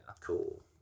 cool